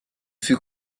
fut